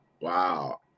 Wow